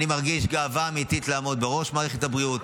אני מרגיש גאווה אמיתית לעמוד בראש מערכת הבריאות,